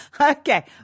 Okay